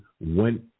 went